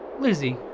Lizzie